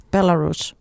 Belarus